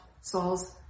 Saul's